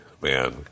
man